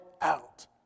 out